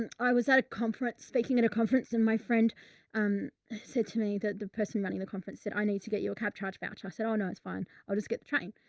and i was at a conference speaking at a conference and my friend, um, said to me that the person running the conference said, i need to get your cab charge voucher. i said, oh no, it's fine. i'll just get the train.